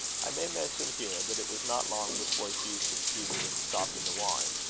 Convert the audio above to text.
i may mention here, that it was not long before hugh succeeded in stopping the wine,